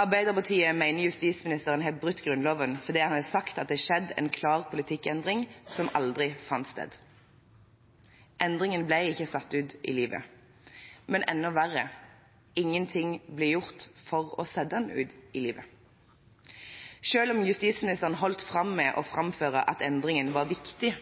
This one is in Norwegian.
Arbeiderpartiet mener justisministeren har brutt Grunnloven fordi han har sagt det har skjedd en klar politikkendring – som aldri fant sted. Endringen ble ikke satt ut i livet, men – enda verre – ingenting ble gjort for å sette den ut i livet. Selv om justisministeren holdt fram med å framføre at endringen var viktig,